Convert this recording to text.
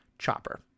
chopper